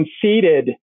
conceded